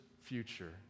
future